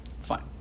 Fine